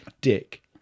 Dick